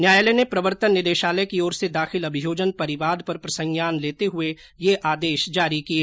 न्यायालय ने प्रवर्तन निदेशालय की ओर से दाखिल अभियोजन परिवाद पर प्रसंज्ञान लेते हुए यह आदेश जारी किए